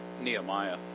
Nehemiah